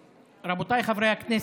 רבותיי חברי הכנסת,